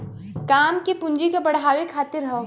काम के पूँजी के बढ़ावे खातिर हौ